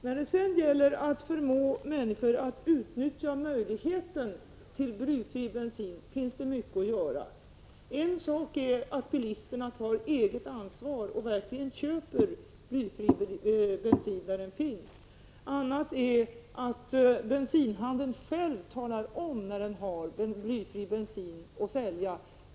När det gäller att förmå människor att utnyttja möjligheten att använda blyfri bensin finns det mycket att göra. En sak är att bilisterna tar eget ansvar och verkligen köper blyfri bensin där det är möjligt. En annan är att den bensinhandel som har blyfri bensin själv talar om att den säljer sådan.